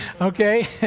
okay